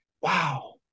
Wow